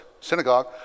synagogue